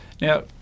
now